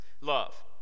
love